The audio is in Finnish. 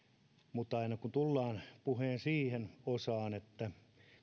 mutta aina tullaan puheen siihen osaan että